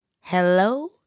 Hello